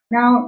Now